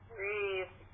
Breathe